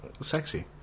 sexy